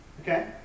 Okay